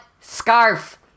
Scarf